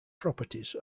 properties